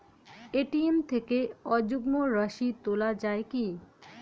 ATM থেকে অযুগ্ম রাশি তোলা য়ায় কি?